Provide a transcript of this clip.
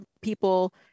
people